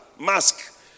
mask